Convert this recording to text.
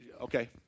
okay